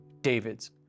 David's